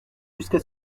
jusqu’à